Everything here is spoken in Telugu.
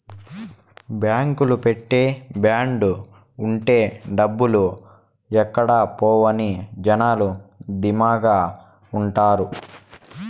బాంకులో పెట్టే బాండ్ ఉంటే డబ్బులు ఎక్కడ పోవు అని జనాలు ధీమాగా ఉంటారు